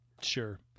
Sure